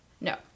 No